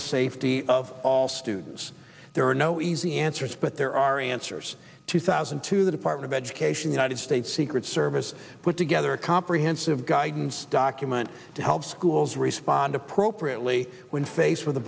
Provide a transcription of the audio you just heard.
the safety of all students there are no easy answers but there are answers two thousand to the department of education united states secret service put together a comprehensive guidance document to help schools respond appropriately when faced with a